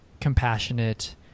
compassionate